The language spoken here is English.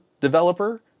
developer